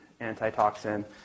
antitoxin